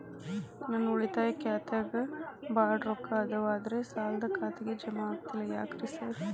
ನನ್ ಉಳಿತಾಯ ಖಾತ್ಯಾಗ ಬಾಳ್ ರೊಕ್ಕಾ ಅದಾವ ಆದ್ರೆ ಸಾಲ್ದ ಖಾತೆಗೆ ಜಮಾ ಆಗ್ತಿಲ್ಲ ಯಾಕ್ರೇ ಸಾರ್?